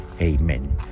Amen